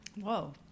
Whoa